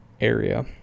area